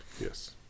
Yes